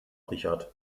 richard